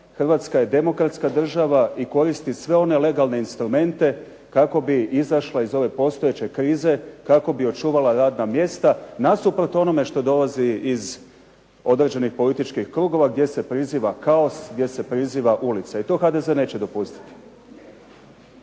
Hrvatska je demokratska država i koristi sve one legalne instrumente kako bi izašla iz ove postojeće krize, kako bi očuvala radna mjesta, nasuprot onome što dolazi iz određenih političkih krugova gdje se priziva kaos, gdje se priziva ulica i to HDZ neće dopustiti.